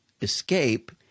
escape